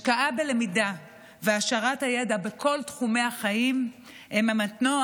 השקעה בלמידה והעשרת הידע בכל תחומי החיים הן המנוע